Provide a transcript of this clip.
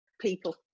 people